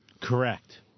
Correct